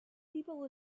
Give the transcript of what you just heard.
people